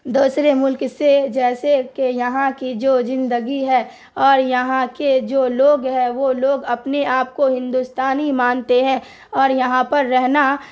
دوسرے ملک سے جیسے کہ یہاں کی جو زندگی ہے اور یہاں کے جو لوگ ہے وہ لوگ اپنے آپ کو ہندوستانی مانتے ہیں اور یہاں پر رہنا